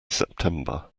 september